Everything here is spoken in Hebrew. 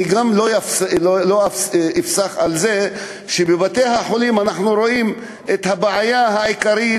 אני גם לא אפסח על זה שבבתי-החולים אנחנו רואים את הבעיה העיקרית,